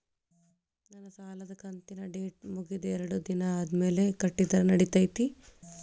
ನನ್ನ ಸಾಲದು ಕಂತಿನ ಡೇಟ್ ಮುಗಿದ ಎರಡು ದಿನ ಆದ್ಮೇಲೆ ಕಟ್ಟಿದರ ನಡಿತೈತಿ?